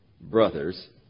brothers